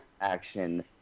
action